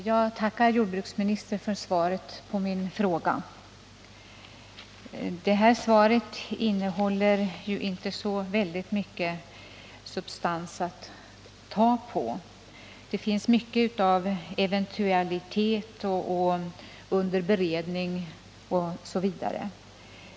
Herr talman! Jag tackar statsrådet för svaret på min fråga. Det innehåller inte så mycket av bestämda besked att ta fasta på. Mycket i det gäller sådant som eventuellt skall ske — hänvisning till att frågan är under beredning och liknande.